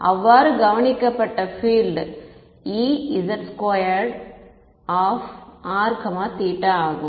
அவ்வாறு கவனிக்கப்பட்ட field E z2r ஆகும்